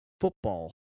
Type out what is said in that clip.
football